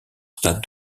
stade